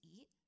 eat